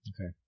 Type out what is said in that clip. Okay